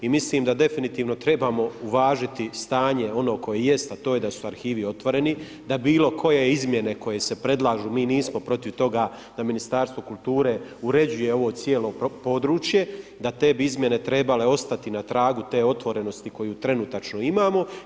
I mislim da definitivno trebamo uvažiti stanje, ono koje jest, a to je da su arhivi otvoreni, da bilo koje izmjene koje se predlažu, mi nismo protiv toga da Ministarstvo kulture uređuje ovo cijelo područje, da bi te izmjene trebale ostati na pragu te otvorenosti koje trenutačno imamo.